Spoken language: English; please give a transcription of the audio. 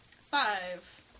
Five